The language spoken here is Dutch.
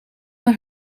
naar